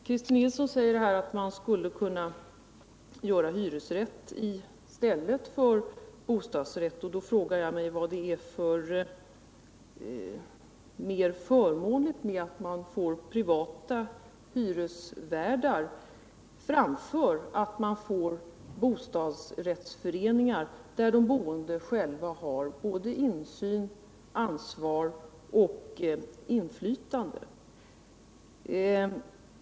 Christer Nilsson sade att man borde kunna välja hyresrätt i stället för bostadsrätt, men då vill jag fråga på vilket sätt det är fördelaktigare om man får privata hyresvärdar än om man får bostadsrättsföreningar, där de boende själva har både insyn, ansvar och inflytande.